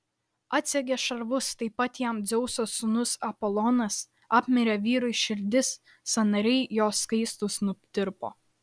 atsegė šarvus taip pat jam dzeuso sūnus apolonas apmirė vyrui širdis sąnariai jo skaistūs nutirpo